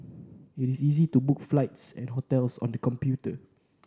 it is easy to book flights and hotels on the computer